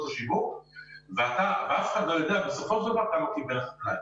השיווק ואף אחד לא יודע בסופו של דבר כמה קיבל החקלאי.